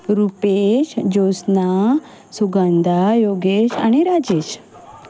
रुपेश जोस्ना सुगंदा योगेश आनी राजेश